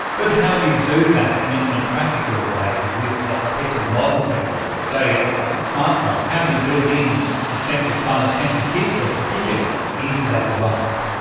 but how do you do that in a in a practical way like with a piece of modern technology? say, yeah a a smartphone. how do you build in a sense of fun, a sense of history, particularly, into that device?